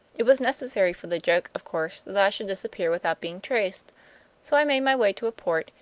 it was necessary for the joke, of course, that i should disappear without being traced so i made my way to a port,